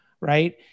right